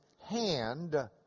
hand